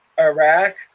Iraq